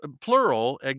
plural